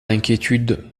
d’inquiétude